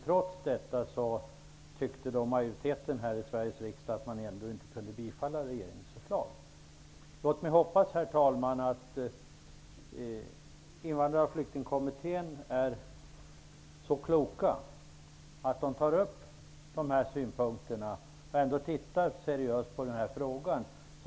Trots det tyckte majoriteten i Sveriges riksdag att regeringens förslag inte kunde bifallas. Herr talman! Låt mig hoppas att Invandrar och flyktingkommittén är så klok att dessa synpunkter tas upp och att kommittén ser seriöst på frågan.